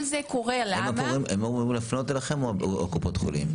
הם אמורים להפנות אליכם או קופות החולים?